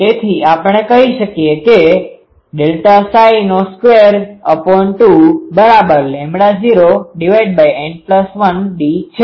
તેથી આપણે કહી શકીએ કે ΔΨ22૦N1d છે